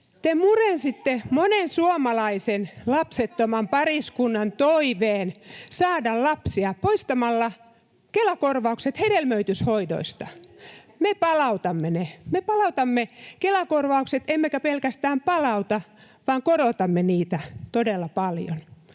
Te murensitte monen suomalaisen lapsettoman pariskunnan toiveen saada lapsia poistamalla Kela-korvaukset hedelmöityshoidoista. Me palautamme ne. Me palautamme Kela-korvaukset — emmekä pelkästään palauta, vaan korotamme niitä todella paljon.